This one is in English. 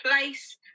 place